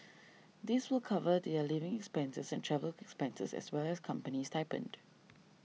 this will cover their living expenses and travel expenses as well as company stipend